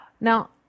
Now